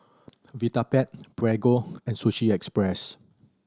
Vitapet Prego and Sushi Express